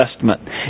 Testament